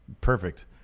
Perfect